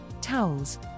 towels